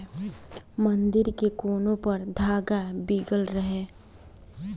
मंदिर के कोना पर धागा बीगल रहे